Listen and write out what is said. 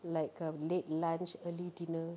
like um late lunch early dinner